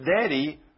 daddy